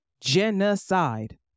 genocide